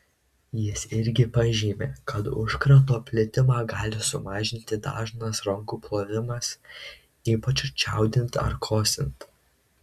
jis irgi pažymi kad užkrato plitimą gali sumažinti dažnas rankų plovimas ypač čiaudint ar kosint